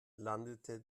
landete